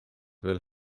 veel